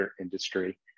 industry